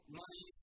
money